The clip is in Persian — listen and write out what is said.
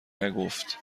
نگفت